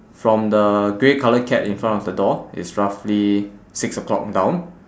from the grey colour cat in front of the door it's roughly six O clock down